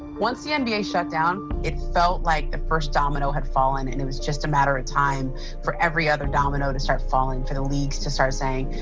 once the ah nba shut down, it felt like the first domino had fallen, and it was just a matter of time for every other domino to start falling, for the leagues to start saying,